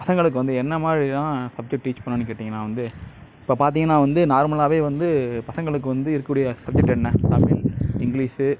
பசங்களுக்கு வந்து என்னா மாதிரி தான் சப்ஜெக்ட் டீச் பண்ணணுன் கேட்டிங்கன்னால் வந்து இப்போ பார்த்தீங்கன்னா வந்து நார்மலாகவே வந்து பசங்களுக்கு வந்து இருக்கக்கூடிய சப்ஜெக்ட் என்ன தமிழ் இங்கிலீஸு